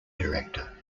director